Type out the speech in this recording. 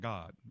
God